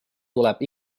tuleb